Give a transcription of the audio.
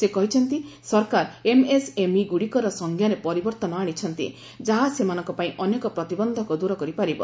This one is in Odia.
ସେ କହିଛନ୍ତି ସରକାର ଏମ୍ଏସ୍ଏମ୍ଇଗ୍ରଡ଼ିକର ସଂଜ୍ଞାରେ ପରିବର୍ତନ ଆଣିଛନ୍ତି ଯାହା ସେମାନଙ୍କ ପାଇଁ ଅନେକ ପ୍ରତିବନ୍ଧକ ଦୂର କରିପାରିବ